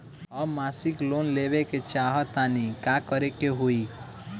हम मासिक लोन लेवे के चाह तानि का करे के होई?